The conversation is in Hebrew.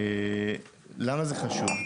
למה זה חשוב?